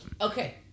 Okay